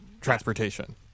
transportation